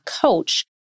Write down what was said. coach